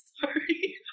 Sorry